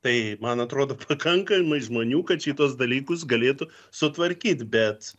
tai man atrodo pakankamai žmonių kad šituos dalykus galėtų sutvarkyt bet